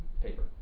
paper